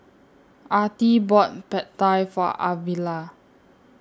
Artie bought Pad Thai For Arvilla